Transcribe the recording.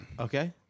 Okay